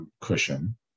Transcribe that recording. cushion